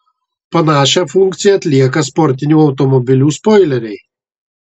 panašią funkciją atlieka sportinių automobilių spoileriai